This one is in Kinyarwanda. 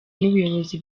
n’ubuyobozi